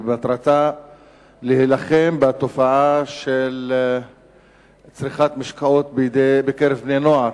מטרתה להילחם בתופעה של צריכת משקאות בקרב בני נוער,